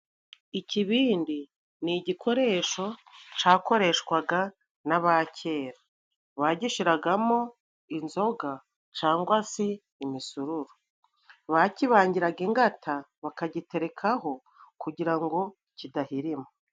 Ikibindi ni igikoresho cakoreshwaga n'aba kera, bagishiragamo inzoga cangwa se imisururu, bakibangiraga ingata bakagiterekaho kugira ngo kidahirima.